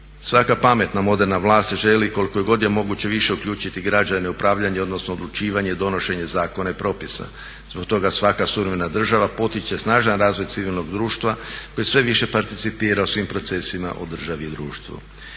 Svaka pametna moderna vlast želi koliko god je moguće više uključiti građane u upravljanje odnosno odlučivanje i donošenja zakona i propisa. Zbog toga svaka suvremena država potiče snažan razvoj civilnog društva koji sve više participira u svim procesima u državi i društvu.